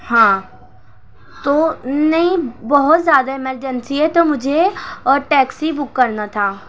ہاں تو نہیں بہت زیادہ ایمرجنسی ہے تو مجھے اور ٹیکسی بک کرنا تھا